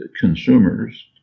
consumers